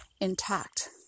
intact